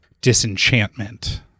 disenchantment